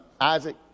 Isaac